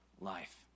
life